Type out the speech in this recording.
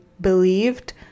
believed